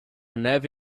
neve